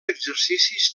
exercicis